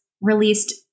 released